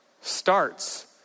starts